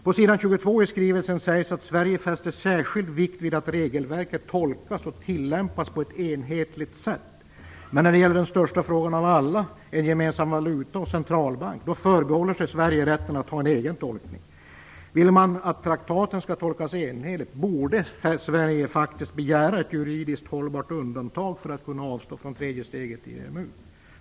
På s. 22 i skrivelsen sägs att Sverige fäster särskild vikt vid att regelverket tolkas och tillämpas på ett enhetligt sätt, men när det gäller den största frågan av alla, en gemensam valuta och centralbank, förbehåller sig Sverige att ha en egen tolkning. Vill vi i Sverige att traktaterna skall tolkas enhetligt borde vi faktiskt begära ett juridiskt hållbart undantag för att kunna avstå från tredje steget i EMU.